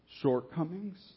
shortcomings